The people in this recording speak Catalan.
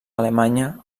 alemanya